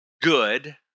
good